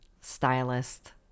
stylist